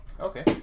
okay